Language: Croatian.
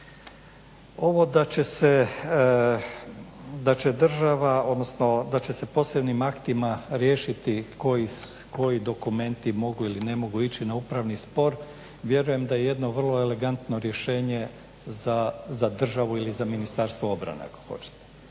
da će se posebnim aktima riješiti koji dokumenti mogu ili ne mogu ići na upravni spor. Vjerujem da jedno vrlo elegantno rješenje za državu ili za Ministarstvo obrane ako hoćete